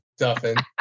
Duffin